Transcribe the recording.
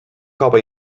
cova